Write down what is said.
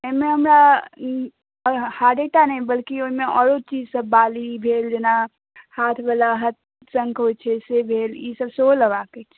एहिमे हमरा हारे टा नहि बल्कि ओहिमे औरो चीजसभ बाली भेल जेना हाथवला हथशङ्ख होइत छै से भेल ईसभ सेहो लेबाक अछि